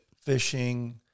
Fishing